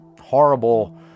horrible